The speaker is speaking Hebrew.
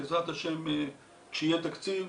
בעזרת השם כשיהיה תקציב,